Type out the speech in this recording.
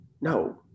no